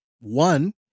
One